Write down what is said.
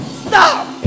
stop